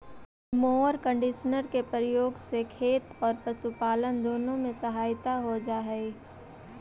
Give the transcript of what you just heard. mower conditioner के प्रयोग से खेत औउर पशुपालन दुनो में सहायता हो जा हई